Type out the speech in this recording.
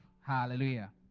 Hallelujah